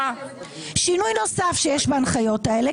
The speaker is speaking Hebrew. שינוי נוסף שיש בהנחיות האלה,